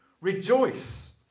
rejoice